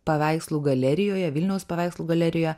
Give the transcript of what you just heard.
paveikslų galerijoje vilniaus paveikslų galerija